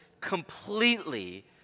completely